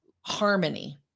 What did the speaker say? harmony